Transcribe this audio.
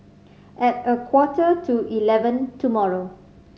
at a quarter to eleven tomorrow